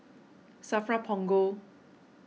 Safra Punggol